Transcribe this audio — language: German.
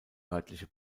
örtliche